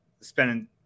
spending